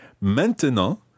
Maintenant